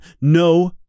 No